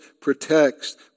protects